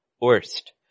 worst